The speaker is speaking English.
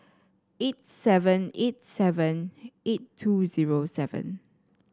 eight seven eight seven eight two zero seven